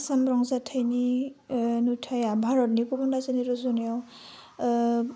आसाम रंजाथाइनि नुथाइया भारतनि गुबुन रायजोनि रुजुनायाव